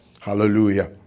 Hallelujah